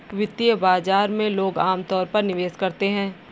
वित्तीय बाजार में लोग अमतौर पर निवेश करते हैं